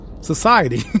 society